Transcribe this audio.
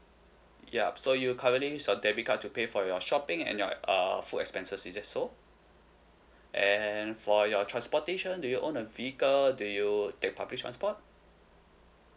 ya so you currently use your debit card to pay for your shopping and your err food expenses is that so and for your transportation do you own a vehicle that you take public transport